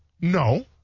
No